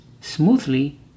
smoothly